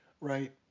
right